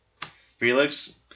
Felix